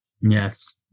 yes